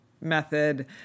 method